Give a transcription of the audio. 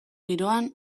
giroan